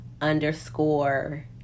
underscore